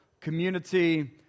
community